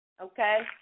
Okay